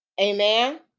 Amen